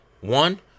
One